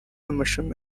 amashami